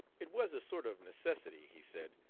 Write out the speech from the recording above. it was a sort of necessity, he said,